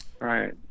right